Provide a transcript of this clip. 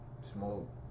Smoke